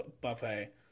buffet